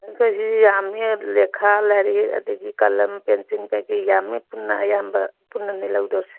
ꯑꯩꯈꯣꯏꯁꯤ ꯌꯥꯝꯃꯦ ꯂꯩꯈꯥ ꯂꯥꯏꯔꯤꯛ ꯑꯗꯒꯤ ꯀꯂꯝ ꯄꯦꯟꯁꯤꯜ ꯀꯔꯤ ꯀꯔꯥ ꯌꯥꯝꯃꯦ ꯄꯨꯟꯅ ꯑꯌꯥꯝꯕ ꯄꯨꯟꯅꯅꯦ ꯂꯧꯗꯣꯏꯁꯦ